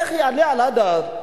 איך יעלה על הדעת?